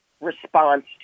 response